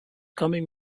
coming